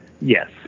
Yes